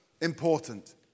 important